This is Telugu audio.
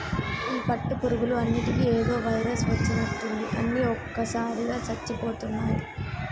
ఈ పట్టు పురుగులు అన్నిటికీ ఏదో వైరస్ వచ్చినట్టుంది అన్ని ఒకేసారిగా చచ్చిపోతున్నాయి